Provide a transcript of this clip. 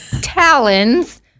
talons